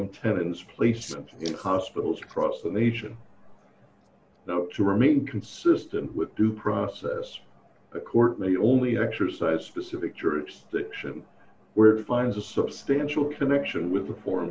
tenens placement in hospitals across the nation not to remain consistent with due process the court may only exercise specific jurisdiction where it finds a substantial connection with the for